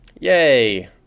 Yay